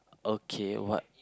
okay what